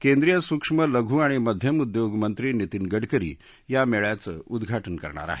केंद्रीय सुक्ष्म लघु आणि मध्यम उदयोग मंत्री नितीन गडकरी या मेळ्याचं उद्वाटनं करणार आहेत